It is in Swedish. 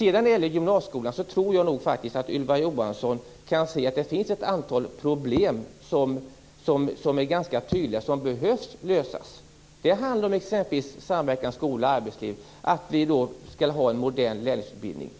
När det gäller gymnasieskolan tror jag faktiskt att Ylva Johansson kan se att det finns ett antal problem som är ganska tydliga och som behöver lösas. Det handlar exempelvis om samverkan skola-arbetsliv, att vi skall ha en modern lärlingsutbildning.